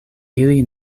ili